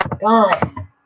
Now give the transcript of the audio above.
Gone